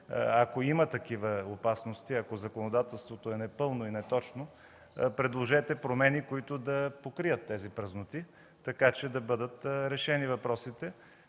ако има такива опасности, ако законодателството е непълно и неточно, предложете промени, които да покрият тези празноти, така че да бъдат решени въпросите,